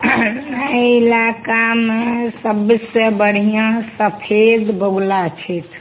अइ इलाकामे सभसँ बढ़िआँ सफेद बगुला छथि